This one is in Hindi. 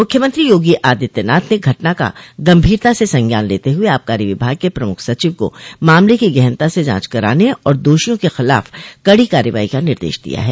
मुख्यमंत्री योगी आदित्यनाथ ने घटना का गंभीरता से संज्ञान लेते हुए आबकारी विभाग के प्रमुख सचिव को मामले की गहनता से जांच कराने और दोषियों के खिलाफ कड़ी कार्रवाई का निर्देश दिया है